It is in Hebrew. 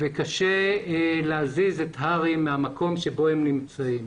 וקשה להזיז את הרי"י מהמקום שבו הם נמצאים.